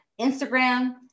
Instagram